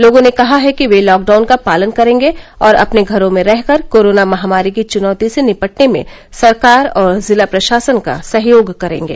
लोगों ने कहा है कि वे लॉकडाउन का पालन करेंगे और अपने घरों में रहकर कोरोना महामारी की चुनौती से निपटने में सरकार और जिला प्रशासन का सहयोग करेंगे